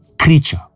creature